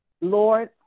Lord